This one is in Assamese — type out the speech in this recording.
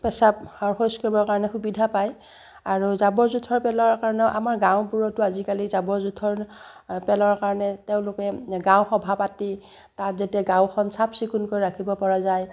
পেচাব শৌচ কৰিবৰ কাৰণে সুবিধা পায় আৰু জাবৰ জোঁথৰ পেলোৱাৰ কাৰণেও আমাৰ গাঁওবোৰতো আজিকালি জাবৰ জোঁথৰ পেলোৱাৰ কাৰণে তেওঁলোকে গাঁও সভা পাতি তাত যেতিয়া গাঁওখন চাফ চিকুণকৈ ৰাখিব পৰা যায়